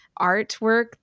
artwork